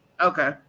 Okay